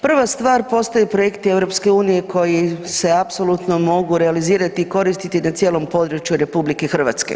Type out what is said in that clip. Prva stvar postoje projekti EU koji se apsolutno mogu realizirati i koristiti na cijelom području RH.